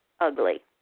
ugly